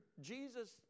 Jesus